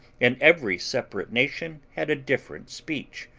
and every separate nation had a different speech,